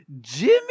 Jimmy